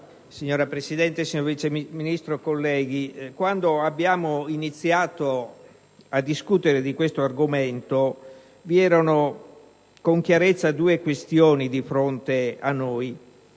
Signora Presidente, signor Vice Ministro, colleghi, quando abbiamo iniziato a discutere di questo argomento, vi erano con chiarezza due questioni di fronte a noi: